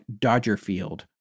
Dodgerfield